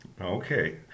Okay